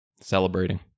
celebrating